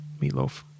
Meatloaf